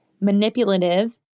manipulative